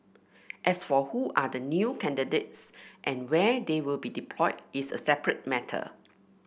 as for who are the new candidates and where they will be deployed is a separate matter